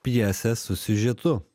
pjesę su siužetu